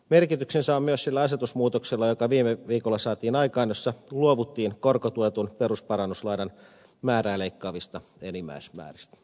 merkityksen saa myös sillä asetusmuutoksella joka viime viikolla saatiin aikaan jossa luovuttiin korkotuetun perusparannuslainan määrää leikkaavista enimmäismääristä